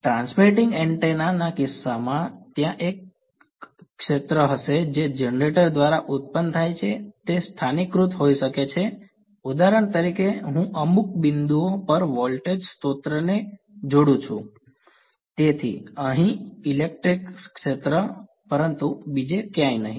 transmitting antenna ના કિસ્સામાં ત્યાં એક ક્ષેત્ર હશે જે જનરેટર દ્વારા ઉત્પન્ન થાય છે તે સ્થાનીકૃત હોઈ શકે છે ઉદાહરણ તરીકે હું અમુક બિંદુઓ પર વોલ્ટેજ સ્ત્રોતને જોડું છું તેથી અહીં ઇલેક્ટ્રિક ક્ષેત્ર પરંતુ બીજે ક્યાંક નહીં